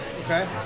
Okay